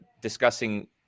discussing